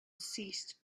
ceased